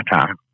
time